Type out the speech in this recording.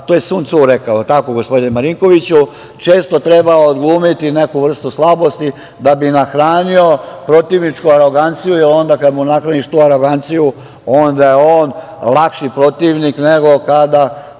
To je Sun Cu rekao, jel tako gospodine Marinkoviću, često treba odglumiti neku vrstu slabosti da bi nahranio protivničku aroganciju, jer onda kad mu nahraniš tu aroganciju, onda je on lakši protivnik nego kada